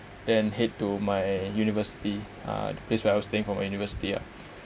then head to my university uh the place where I was staying from a university ah